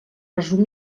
resum